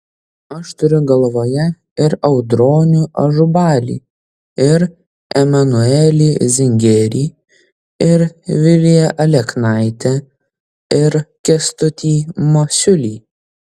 aš turiu galvoje ir audronių ažubalį ir emanuelį zingerį ir viliją aleknaitę ir kęstutį masiulį